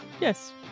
yes